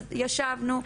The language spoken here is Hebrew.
אז ישבנו,